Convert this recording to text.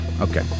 okay